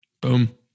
Boom